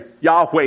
Yahweh